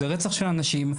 זה רצח של אנשים,